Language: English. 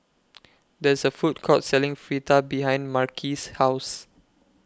There's A Food Court Selling Fritada behind Marquis' House